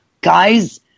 guys